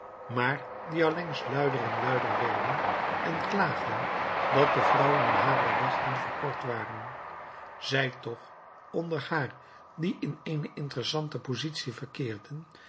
maar die allengs luider en luider werden en klaagden dat de vrouwen in hare rechten verkort waren zij toch onder haar die in eene interessante positie verkeerden